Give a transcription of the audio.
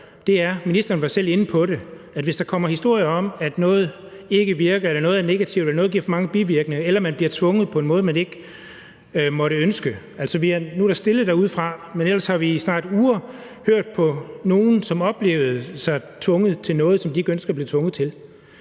det – hvis der kommer historier om, at noget ikke virker, eller at noget er negativt, eller at noget giver for mange bivirkninger, eller at man bliver tvunget på en måde, som man ikke måtte ønske. Nu er der stille derudefra, men ellers har vi i snart uger hørt på nogle, som har oplevet sig tvunget til noget, som de ikke ønsker at blive tvunget til,